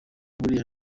buriya